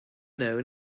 known